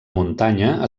muntanya